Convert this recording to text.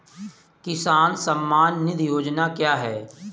किसान सम्मान निधि योजना क्या है?